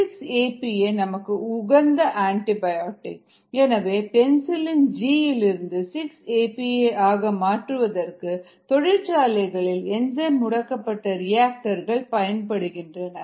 6 APA நமக்கு உகந்த antibiotic எனவே பென்சில்இன் ஜி இலிருந்து 6 ஏபிஏ ஆக மாற்றுவதற்கு தொழிற்சாலைகளில் என்சைம் முடக்கப்பட்ட ரியாக்டர்கள் பயன்படுகின்றன